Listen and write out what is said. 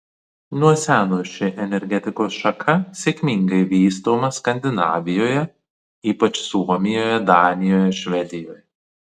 nuo seno ši energetikos šaka sėkmingai vystoma skandinavijoje ypač suomijoje danijoje švedijoje